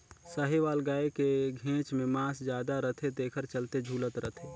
साहीवाल गाय के घेंच में मांस जादा रथे तेखर चलते झूलत रथे